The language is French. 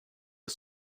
est